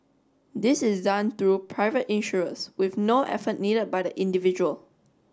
this is done through the private insurers with no effort needed by the individual